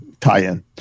tie-in